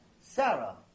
Sarah